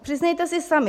Přiznejte si sami.